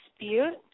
Dispute